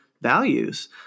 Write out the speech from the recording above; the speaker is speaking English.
values